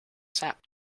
sap